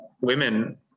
women